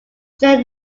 jill